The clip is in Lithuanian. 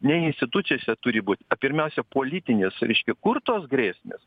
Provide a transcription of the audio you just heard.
ne institucijose turi būt pirmiausia politinis reiškia kur tos grėsmės